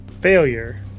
failure